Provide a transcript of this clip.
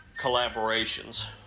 Collaborations